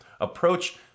approach